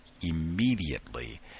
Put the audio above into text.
immediately